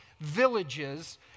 villages